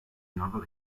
novel